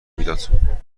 میداد